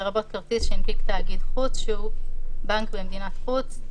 לרבות כרטיס שהנפיק תאגיד חוץ שהוא בנק במדינת חוץ,